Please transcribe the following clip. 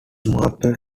marple